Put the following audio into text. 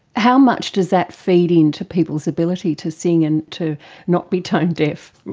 how much does that feed into people's ability to sing and to not be tone deaf?